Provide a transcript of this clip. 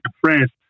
France